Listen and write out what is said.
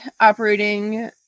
operating